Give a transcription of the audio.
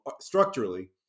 structurally